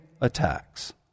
attacks